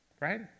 Right